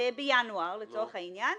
בינואר, לצורך העניין.